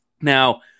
Now